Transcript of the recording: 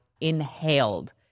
inhaled